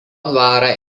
dvarą